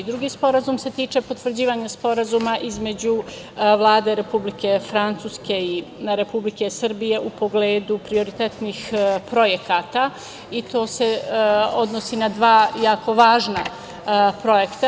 Drugi sporazum se tiče potvrđivanja Sporazuma između Vlade Republike Francuske i Republike Srbije u pogledu prioritetnih projekata i to se odnosi na dva jako važna projekta.